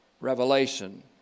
revelation